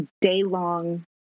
day-long